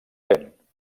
lent